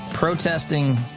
Protesting